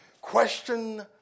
question